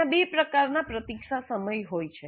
ત્યાં બે પ્રકારનાં પ્રતીક્ષા સમય હોય છે